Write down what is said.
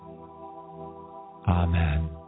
Amen